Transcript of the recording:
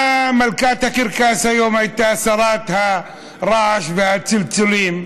מלכת הקרקס היום הייתה שרת הרעש והצלצולים,